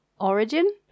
origin